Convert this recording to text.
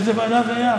באיזו ועדה זה היה?